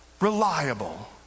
reliable